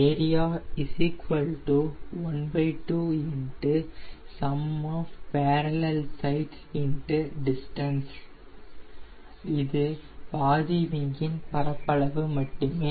Area 12 distance இது பாதி விங்கின் பரப்பளவு மட்டுமே